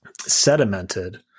sedimented